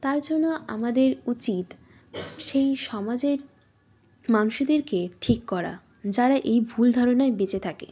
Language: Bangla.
তার জন্য আমাদের উচিত সেই সমাজের মানুষদেরকে ঠিক করা যারা এই ভুল ধারণায় বেঁচে থাকে